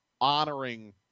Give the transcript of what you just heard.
honoring